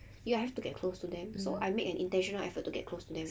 you have to get close to them so I made an intentional effort to get close to them